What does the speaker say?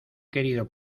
querido